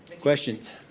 Questions